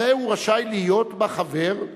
הרי הוא רשאי להיות בה חבר,